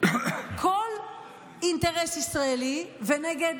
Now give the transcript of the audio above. כל אינטרס ישראל ונגד